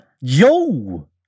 Yo